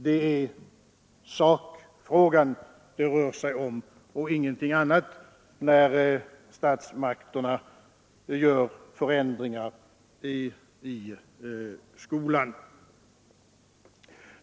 Det är sakfrågan det rör sig om och ingenting annat, när statsmakterna gör förändringar i skolan.